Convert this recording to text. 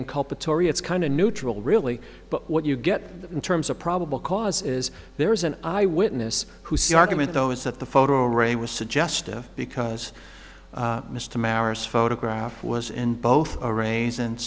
it's kind of neutral really but what you get in terms of probable cause is there is an eyewitness who saw the argument though is that the photo array was suggestive because mr marris photograph was in both arranged and